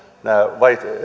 nämä